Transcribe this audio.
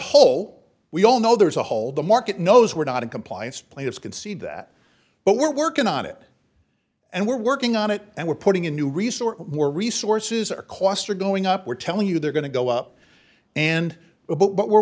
whole we all know there's a whole the market knows we're not in compliance plates can see that but we're working on it and we're working on it and we're putting in new resource more resources our costs are going up we're telling you they're going to go up and go but we're